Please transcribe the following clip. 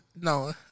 no